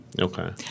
Okay